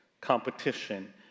competition